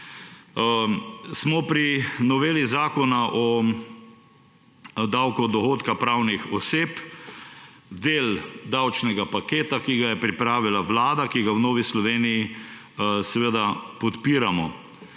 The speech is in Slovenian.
Smo pri noveli Zakona o davku od dohodkov pravnih oseb, delu davčnega paketa, ki ga je pripravila Vlada, ki ga v Novi Sloveniji seveda podpiramo.